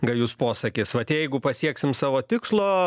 gajus posakis vat jeigu pasieksim savo tikslo